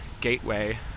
gateway